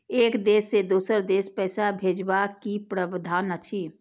एक देश से दोसर देश पैसा भैजबाक कि प्रावधान अछि??